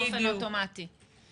באופן אוטומטי.